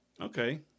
Okay